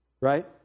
Right